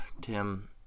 Tim